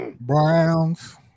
Browns